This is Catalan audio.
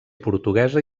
portuguesa